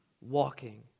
walking